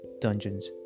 Dungeons